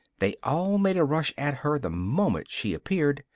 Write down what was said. they all made a rush at her the moment she appeared,